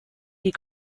die